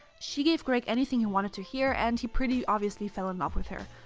she gave greg anything he wanted to hear and he pretty obviously fell in love with her.